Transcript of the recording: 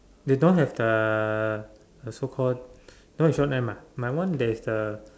they don't have the the so called don't have Shawn M ah mine there is a